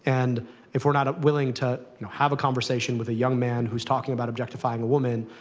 and if we're not willing to you know have a conversation with a young man who's talking about objectifying a woman,